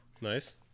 Nice